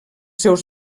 seus